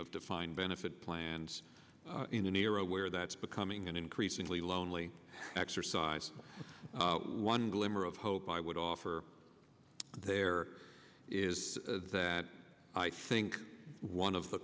of defined benefit plans in an era where that's becoming an increasingly lonely exercise one glimmer of hope i would offer there is that i think one of the